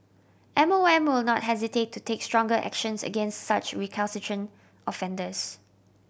M O M will not hesitate to take stronger actions against such recalcitrant offenders